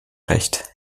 recht